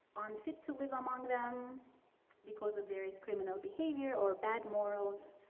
unfit to live among them because of various criminal behavior or bad morals.